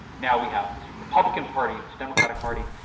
now, we have this republican party, this democratic party,